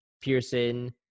Pearson